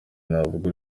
navuga